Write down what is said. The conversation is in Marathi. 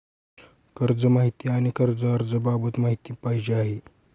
कर्ज माहिती आणि कर्ज अर्ज बाबत माहिती पाहिजे आहे